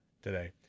today